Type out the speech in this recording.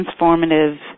transformative